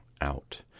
Out